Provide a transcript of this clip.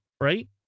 Right